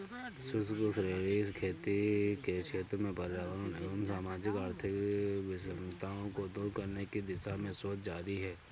शुष्क क्षेत्रीय खेती के क्षेत्र में पर्यावरणीय एवं सामाजिक आर्थिक विषमताओं को दूर करने की दिशा में शोध जारी है